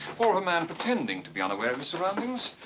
or a man pretending to be unaware of his surroundings.